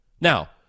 Now